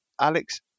alex